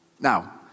Now